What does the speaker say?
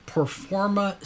Performa